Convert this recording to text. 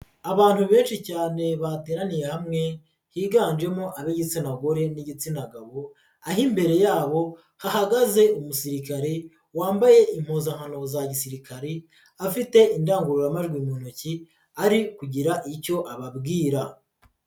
Abantu benshi cyane bateraniye hamwe higanjemo ab'igitsina gore n'igitsina gabo aho imbere yabo hahagaze umusirikare wambaye impuzankano za gisirikare afite indangururamajwi mu ntoki ari kugira icyo ababwira.